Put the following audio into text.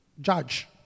Judge